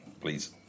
please